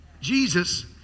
Jesus